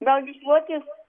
gal gyslotis